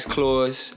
Claws